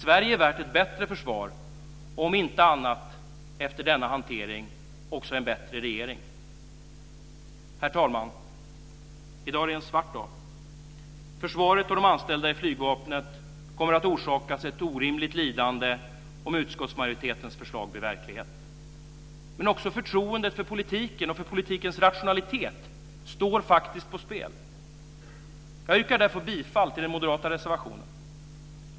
Sverige är värt ett bättre försvar och om inte annat efter denna hantering också en bättre regering. Herr talman! I dag är det en svart dag. Försvaret och de anställda i flygvapnet kommer att orsakas ett orimligt lidande om utskottsmajoritetens förslag blir verklighet. Men också förtroendet för politiken och för politikens rationalitet står faktiskt på spel. Jag yrkar därför bifall till den moderata reservationen.